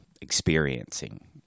experiencing